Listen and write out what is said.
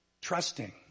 trusting